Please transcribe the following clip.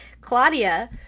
Claudia